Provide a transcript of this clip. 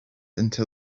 until